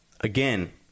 again